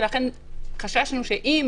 לכן חששנו שאם